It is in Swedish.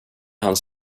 hans